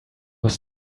was